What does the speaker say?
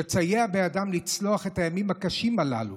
שתסייע בידם לצלוח את הימים הקשים הללו,